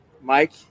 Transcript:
Mike